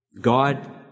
God